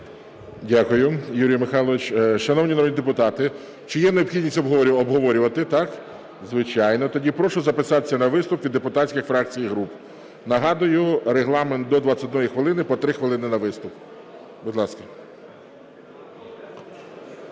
Дякую, Юрій Михайлович. Шановні народні депутати, чи є необхідність обговорювати? Так? Звичайно. Тоді прошу записатися на виступ від депутатських фракцій і груп. Нагадую, регламент до 21 хвилини, по 3 хвилини на виступ, будь ласка.